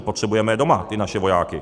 Potřebujeme je doma, ty naše vojáky.